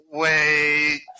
wait